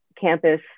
campus